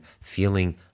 feeling